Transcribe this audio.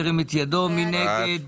מי נגד?